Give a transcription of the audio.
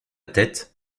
tête